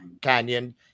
Canyon